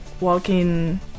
walking